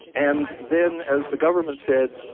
and then as the government said,